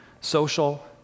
social